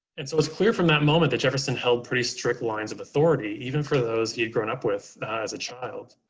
and so it's clear from that moment that jefferson held pretty strict lines of authority, even for those who had grown up with as a child.